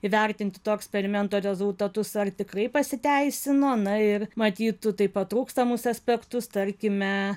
įvertinti to eksperimento rezultatus ar tikrai pasiteisino na ir matytų taip pat trūkstamus aspektus tarkime